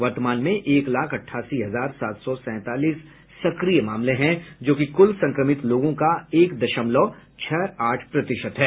वर्तमान में एक लाख अठासी हजार सात सौ सैंतालीस सक्रिय मामले हैं जो कि कुल संक्रमित लोगों का एक दशमलव छह आठ प्रतिशत है